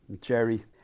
Jerry